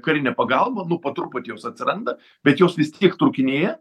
karinę pagalbą nu po truputį jos atsiranda bet jos vis tiek trūkinėja